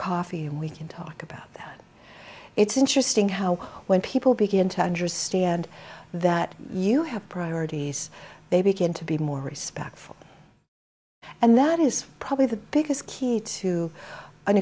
coffee and we can talk about it's interesting how when people begin to understand that you have priorities they begin to be more respectful and that is probably the biggest key to an